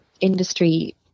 industry